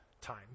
time